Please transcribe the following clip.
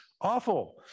awful